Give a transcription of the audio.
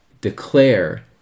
declare